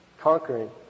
conquering